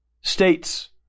States